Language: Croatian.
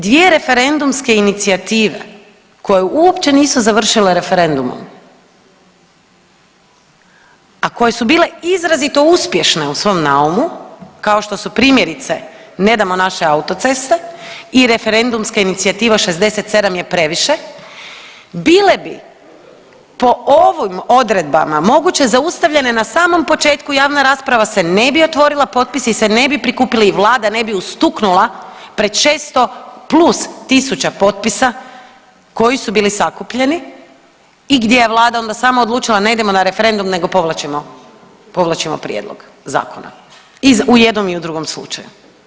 Dvije referendumske inicijative koje uopće nisu završile referendumom, a koje su bile izrazito uspješne u svom naumu kao što su primjerice „Ne damo naše autoceste“ i referendumska inicijativa „67 je previše“, bile bi po ovim odredbama moguće zaustavljene na samom početku, javna rasprava se ne bi otvorila, potpisi se ne bi prikupili i vlada ne bi ustuknula pred 600 plus tisuća potpisa koji su bili sakupljeni i gdje je vlada onda samo odlučila ne idemo na referendum nego povlačimo, povlačimo prijedlog zakona i u jednom i u drugom slučaju.